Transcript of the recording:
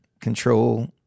control